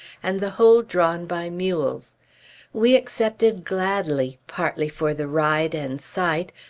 and the whole drawn by mules we accepted gladly, partly for the ride and sight,